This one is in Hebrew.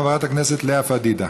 חברת הכנסת לאה פדידה.